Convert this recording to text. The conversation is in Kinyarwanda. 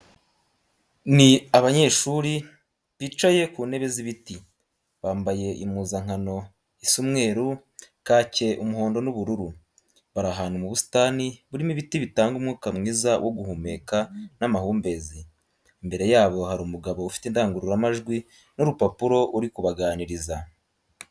Ni abanyeshuri benshi bicaye ku ntebe z'ibiti, bambaye impuzankano isa umweru, kake, umuhondo n'ubururu. Bari ahantu mu busitani burimo ibiti bitanga umwuka mwiza wo guhumeka n'amahumbezi. Imbere yabo hari umugabo ufite indangururamajwi n'urupapuro uri kubaganiriza.